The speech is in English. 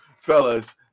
fellas